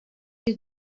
you